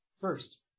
First